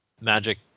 magic